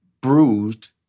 bruised